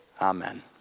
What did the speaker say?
amen